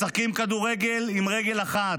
משחקים כדורגל עם רגל אחת,